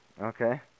Okay